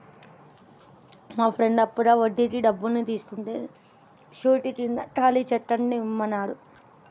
మా ఫ్రెండు అప్పుగా వడ్డీకి డబ్బుల్ని తీసుకుంటే శూరిటీ కింద ఖాళీ చెక్కుని ఇమ్మన్నాడు